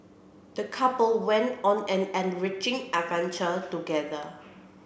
the couple went on an enriching adventure together